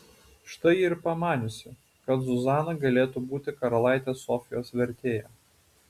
štai ji ir pamaniusi kad zuzana galėtų būti karalaitės sofijos vertėja